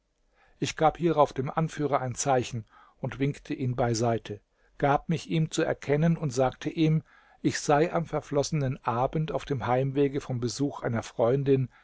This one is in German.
ich gab hierauf dem anführer ein zeichen und winkte ihn beiseite gab mich ihm zu erkennen und sagte ihm ich sei am verflossenen abend auf dem heimwege vom besuch einer freundin